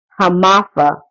Hamafa